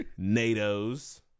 Natos